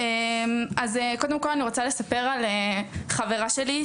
אז קודם כל אני רוצה לספר על חברה שלי,